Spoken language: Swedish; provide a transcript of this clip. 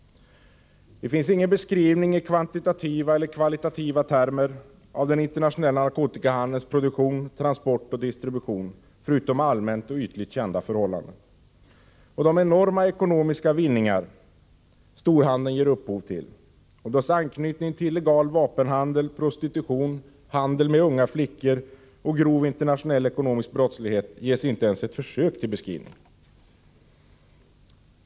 Det finns ingen beskrivning i kvantitativa eller kvalitativa termer av den internationella narkotikahandelns produktion, transport och distribution, förutom allmänna och ytligt kända förhållanden. De enorma ekonomiska vinningar som storhandeln ger upphov till och dess anknytning till illegal vapenhandel, prostitution, handel med unga flickor och grov internationell ekonomisk brottslighet ges inte ens ett försök till beskrivning.